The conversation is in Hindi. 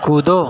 कूदो